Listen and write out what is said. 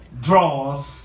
draws